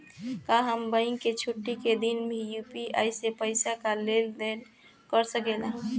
का हम बैंक के छुट्टी का दिन भी यू.पी.आई से पैसे का लेनदेन कर सकीले?